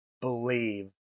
believe